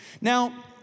Now